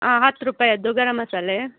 ಹಾಂ ಹತ್ತು ರೂಪಾಯಿದು ಗರಂ ಮಸಾಲೆ